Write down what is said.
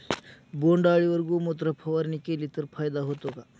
बोंडअळीवर गोमूत्र फवारणी केली तर फायदा होतो का?